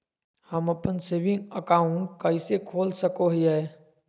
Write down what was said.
हम अप्पन saving account कइसे खोल सको हियै?